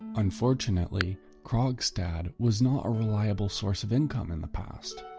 unfortunately, krogstad was not a reliable source of income in the past.